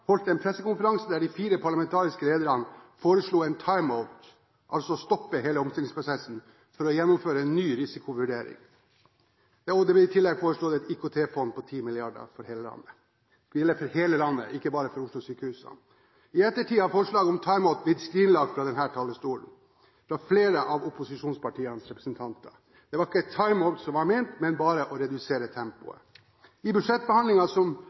holdt en pressekonferanse der de fire opposisjonspartienes parlamentariske ledere foreslo en «time-out», altså å stoppe hele omstillingsprosessen for å gjennomføre en ny risikovurdering. Det ble i tillegg foreslått et IKT-fond på 10 mrd. kr for hele landet – det gjelder for hele landet og ikke bare for Oslo-sykehusene. I ettertid har forslaget om «time-out» blitt skrinlagt fra denne talerstolen av flere av opposisjonspartienes representanter. Det var ikke «time-out» som var ment, men bare å redusere tempoet. I budsjettbehandlingen, som